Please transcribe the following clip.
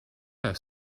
her